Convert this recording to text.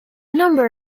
number